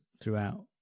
throughout